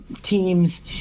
team's